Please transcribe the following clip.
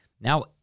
Now